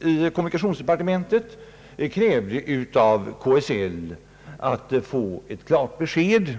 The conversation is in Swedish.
i kommunikationsdepartementet krävde att få ett klart besked av KSL.